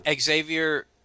Xavier